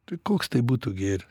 tai koks tai būtų gėris